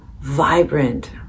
vibrant